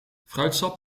fruitsap